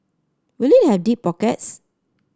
will it have deep pockets